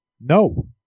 No